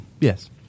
Yes